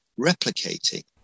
replicating